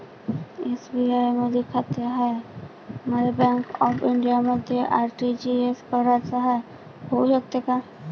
SBI मधी खाते हाय, मले बँक ऑफ इंडियामध्ये आर.टी.जी.एस कराच हाय, होऊ शकते का?